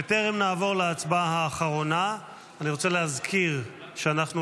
בטרם נעבור להצבעה האחרונה אני רוצה להזכיר שאנחנו,